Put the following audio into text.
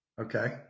Okay